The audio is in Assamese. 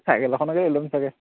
চাইকেল এখনকে ল'ম চাগে